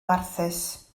warthus